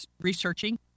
researching